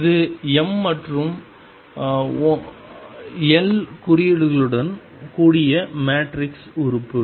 இது m மற்றும் l குறியீடுகளுடன் கூடிய மேட்ரிக்ஸ் உறுப்பு